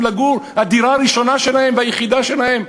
לגור בדירה הראשונה שלהם והיחידה שלהם?